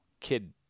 kid